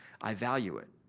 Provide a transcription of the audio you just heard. i value it.